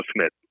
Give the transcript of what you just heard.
Smith